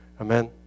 Amen